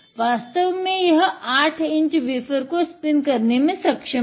वास्तव में यह 8 इंच वेफ़र को स्पिन करने में सक्षम है